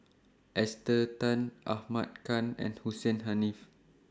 Esther Tan Ahmad Khan and Hussein Haniff